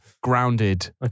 grounded